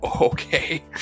okay